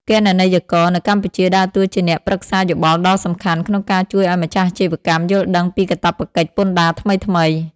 គណនេយ្យករនៅកម្ពុជាដើរតួជាអ្នកប្រឹក្សាយោបល់ដ៏សំខាន់ ក្នុងការជួយឱ្យម្ចាស់អាជីវកម្មយល់ដឹងពីកាតព្វកិច្ចពន្ធដារថ្មីៗ។